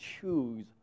choose